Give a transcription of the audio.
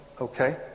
Okay